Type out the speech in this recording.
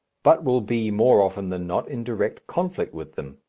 but will be more often than not in direct conflict with them,